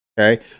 Okay